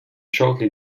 shortly